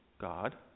God